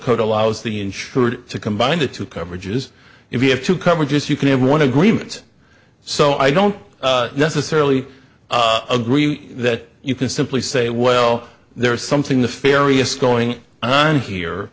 code allows the insured to combine the two coverages if you have to cover just you can have one agreement so i don't necessarily agree that you can simply say well there is something the ferry is going on here